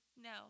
No